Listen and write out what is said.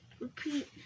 repeat